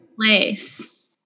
place